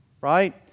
right